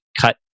cut